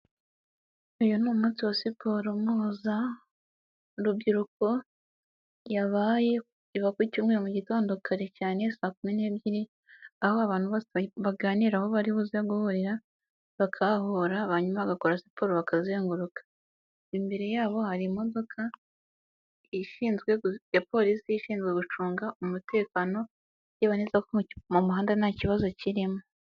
Uyu ni umunsi wa siporo mpuza rubyiruko yabaye, iba ku cyumweru mu gitondo kare cyane saa kumi n'ebyiri, aho abantu baganira aho baribuze guhurira, bakahahurira hanyuma bagakora siporo bakazenguruka, imbere yabo hari imodoka, ishinzwe ya polisi ishinzwe gucunga umutekano, ireba neza ko mu muhanda nta kibazo kirimo.